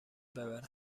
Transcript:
ببره